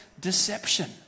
deception